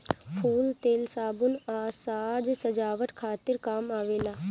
फूल तेल, साबुन आ साज सजावट खातिर काम आवेला